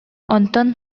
онтон